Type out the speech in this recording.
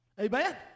Amen